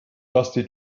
dusty